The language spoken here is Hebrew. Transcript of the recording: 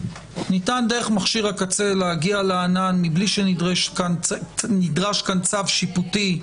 ניתן דרך מכשיר הקצה להגיע לענן מבלי שנדרש כאן צו שיפוטי?